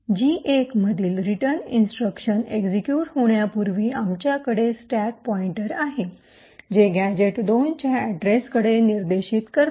जी 1 मधील return instruction execute होण्यापूर्वी आमच्याकडे स्टॅक पॉईंटर आहे जे गॅझेट२ च्या अड्रेसकडे निर्देशित करते